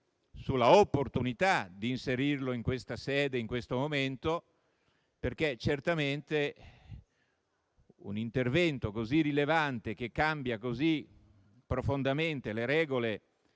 sull'opportunità di inserirlo in questa sede, in questo momento; certamente un intervento così rilevante, che cambia così profondamente le regole